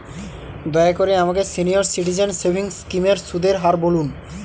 দয়া করে আমাকে সিনিয়র সিটিজেন সেভিংস স্কিমের সুদের হার বলুন